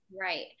Right